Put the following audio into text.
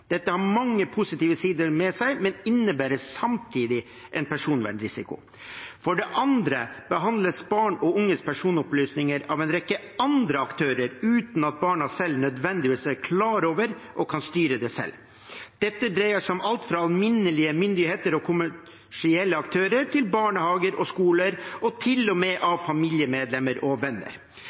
Dette har mange positive sider ved seg, men innebærer samtidig en personvernrisiko. For det andre behandles barn og unges personopplysninger av en rekke andre aktører, uten at barna selv nødvendigvis er klar over det og kan styre det selv. Dette dreier seg om alt fra alminnelige myndigheter og kommersielle aktører til barnehager og skoler – og til og med familiemedlemmer og venner.